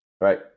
Right